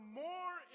more